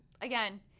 again